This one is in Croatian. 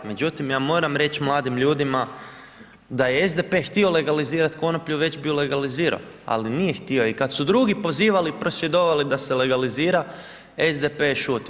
Međutim, ja moram reći mladim ljudima da je SDP htio legalizirati konoplju već bi ju legalizirao, ali nije htio i kad su drugi pozivali i prosvjedovali da se legalizira SDP je šutio.